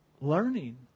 learning